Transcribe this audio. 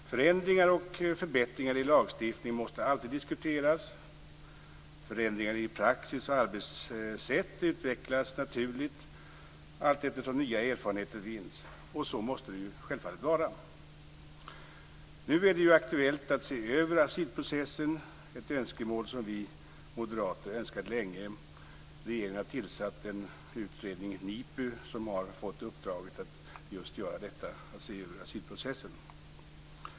Förändringar och förbättringar i lagstiftningen måste alltid diskuteras. Förändringar i praxis och arbetssätt utvecklas naturligt allteftersom nya erfarenheter vinns. Så måste det ju vara. Nu är det aktuellt att se över asylprocessen, ett önskemål som vi moderater länge har haft. Regeringen har tillsatt en utredning, NIPU, som har fått i uppdrag just att se över asylprocessen.